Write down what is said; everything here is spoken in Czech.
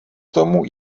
tomu